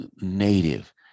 native